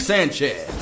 Sanchez